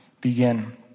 begin